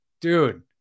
Dude